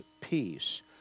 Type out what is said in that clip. peace